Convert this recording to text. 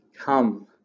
Come